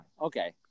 Okay